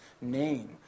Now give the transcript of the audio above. name